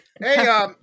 Hey